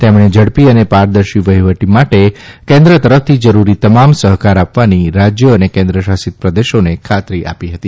તેમણે ઝડપી અને પારદર્શી વહીવટ માટે કેન્દ્ર તરફથી જરૂરી તમામ સહકાર આપવાની રાજય અને કેન્દ્રશાસિત પ્રદેશામે ખાતરી આપી હતી